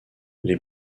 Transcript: les